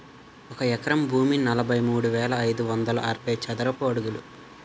ఒక ఎకరం భూమి నలభై మూడు వేల ఐదు వందల అరవై చదరపు అడుగులు